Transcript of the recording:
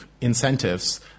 incentives